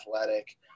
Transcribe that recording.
athletic